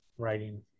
writing